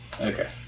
Okay